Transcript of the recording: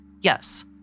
Yes